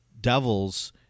devils